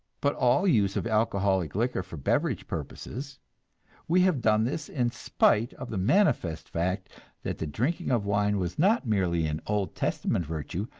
but all use of alcoholic liquor for beverage purposes we have done this in spite of the manifest fact that the drinking of wine was not merely an old testament virtue,